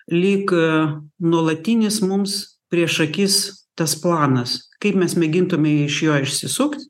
lyg nuolatinis mums prieš akis tas planas kaip mes mėgintume iš jo išsisukt